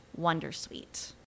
wondersuite